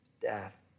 death